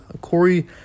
Corey